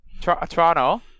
Toronto